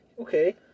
Okay